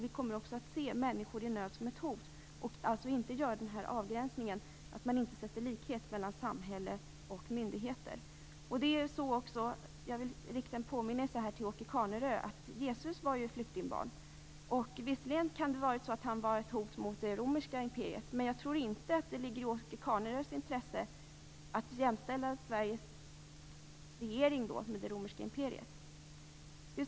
Vi kommer också att se människor i nöd som ett hot och alltså inte göra den här avgränsningen, dvs. att man inte sätter likhetstecken mellan samhälle och myndigheter. Jag vill rikta en påminnelse till Åke Carnerö. Jesus var ju flyktingbarn. Visserligen kan han ha varit ett hot mot det romerska imperiet, men jag tror inte att det ligger i Åke Carnerös intresse att jämställa Sveriges regering med det romerska imperiet.